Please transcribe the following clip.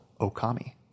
Okami